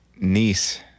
niece